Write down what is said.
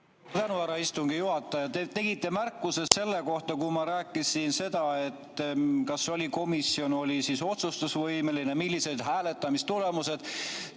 tänu, härra istungi juhataja! Te tegite märkuse selle kohta, kui ma rääkisin seda, et kas komisjon oli otsustusvõimeline ja millised hääletamistulemused